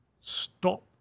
stop